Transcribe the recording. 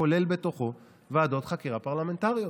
שכולל ועדות חקירה פרלמנטריות.